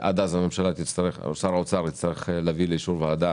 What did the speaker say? ועד אליה שר האוצר יצטרך להביא לאישור ועדה